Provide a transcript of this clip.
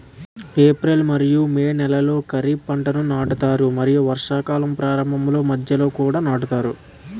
April మరియు May నెలలో ఖరీఫ్ పంటలను నాటుతారు మరియు వర్షాకాలం ప్రారంభంలో మధ్యలో కూడా నాటుతారు